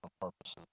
purposes